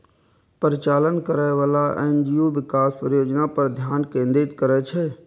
परिचालन करैबला एन.जी.ओ विकास परियोजना पर ध्यान केंद्रित करै छै